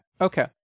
okay